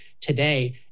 today